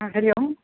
हा हरिः ओम्